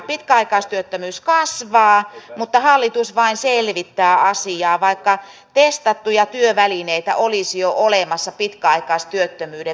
pitkäaikaistyöttömyys kasvaa mutta hallitus vain selvittää asiaa vaikka testattuja työvälineitä olisi jo olemassa pitkäaikaistyöttömyyden vähentämiseksi